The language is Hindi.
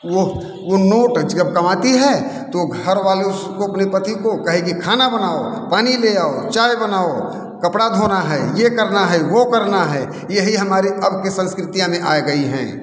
वो वो नोट कमाती है तो घर वाले उसको अपने पति को कहेगी खाना बनाओ पानी ले आओ चाय बनाओ कपड़ा धोना है ये करना है वो करना है यही हमारे अब के संस्कृति में आ गई हैं